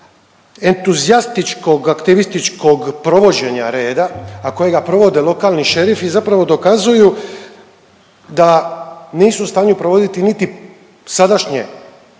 entuzijastičkog-aktivističkog provođenja reda, a kojega provode lokalni šerifi zapravo dokazuju da nisu u stanju provoditi niti sadašnje